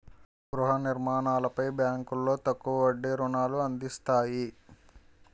గృహ నిర్మాణాలపై బ్యాంకులో తక్కువ వడ్డీ రుణాలు అందిస్తాయి